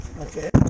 Okay